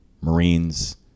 Marines